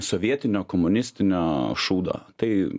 sovietinio komunistinio šūdo tai